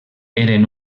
eren